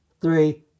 three